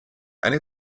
eine